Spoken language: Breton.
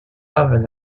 avel